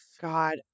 God